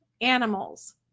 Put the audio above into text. animals